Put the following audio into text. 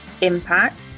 impact